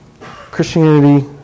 Christianity